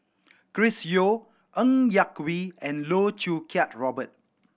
Chris Yeo Ng Yak Whee and Loh Choo Kiat Robert